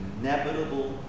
Inevitable